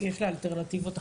מותר רק